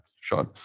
sure